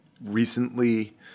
recently